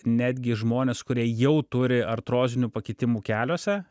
netgi žmonės kurie jau turi artrozinių pakitimų keliuose